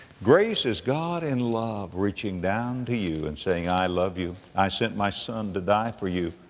grace is god in love reaching down to you and saying, i love you. i sent my son to die for you.